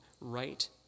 Right